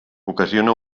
ocasiona